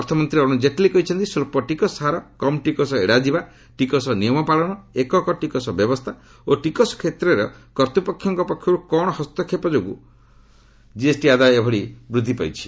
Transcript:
ଅର୍ଥମନ୍ତ୍ରୀ ଅରୁଣ କେଟ୍ଲୀ କହିଛନ୍ତି ସ୍ୱଚ୍ଚ ଟିକସ ହାର କମ୍ ଟିକସ ଏଡ଼ାଯିବା ଟିକସ ନିୟମ ପାଳନ ଏକକ ଟିକସ ବ୍ୟବସ୍ଥା ଓ ଟିକସ କ୍ଷେତ୍ରର କର୍ତ୍ତ୍ୱପକ୍ଷଙ୍କ ପକ୍ଷରୁ କମ୍ ହସ୍ତକ୍ଷେପ ଯୋଗୁଁ ଜିଏସ୍ଟି ଆଦାୟ ଏଭଳି ବୃଦ୍ଧି ପାଉଛି